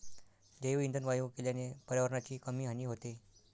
जैवइंधन वायू केल्याने पर्यावरणाची कमी हानी होते